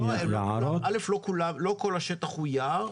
לא כל השטח הוא יער.